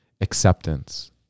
acceptance